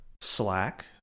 Slack